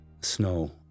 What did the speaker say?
Snow